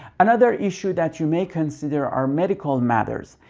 another issue that you may consider our medical matters.